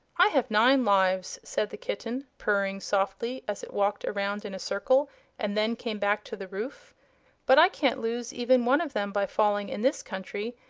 i have nine lives, said the kitten, purring softly as it walked around in a circle and then came back to the roof but i can't lose even one of them by falling in this country,